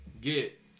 get